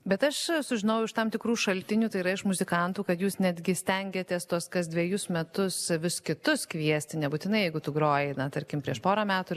bet aš sužinojau iš tam tikrų šaltinių tai yra iš muzikantų kad jūs netgi stengiatės tuos kas dvejus metus vis kitus kviesti nebūtinai jeigu tu grojai na tarkim prieš porą metų